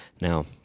now